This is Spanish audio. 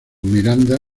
miranda